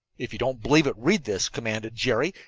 if you don't believe it, read this, commanded jerry,